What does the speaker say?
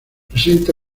presenta